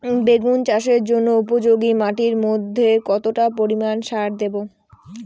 বেগুন চাষের জন্য উপযোগী মাটির মধ্যে কতটা পরিমান সার দেব?